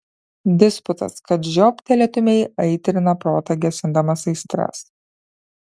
disputas kad žioptelėtumei aitrina protą gesindamas aistras